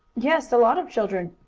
yes, a lot of children.